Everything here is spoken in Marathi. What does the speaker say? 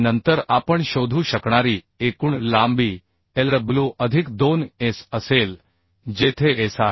नंतर आपण शोधू शकणारी एकूण लांबी Lw अधिक 2S असेल जेथे S आहे